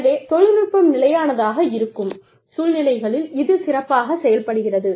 எனவே தொழில்நுட்பம் நிலையானதாக இருக்கும் சூழ்நிலைகளில் இது சிறப்பாக செயல்படுகிறது